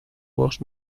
voz